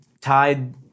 tied